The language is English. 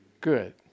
good